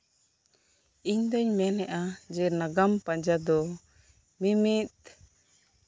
ᱤᱧ ᱫᱩᱧ ᱢᱮᱱᱮᱫᱼᱟ ᱡᱮ ᱱᱟᱜᱟᱢ ᱯᱟᱸᱡᱟ ᱫᱚ ᱢᱤᱢᱤᱫ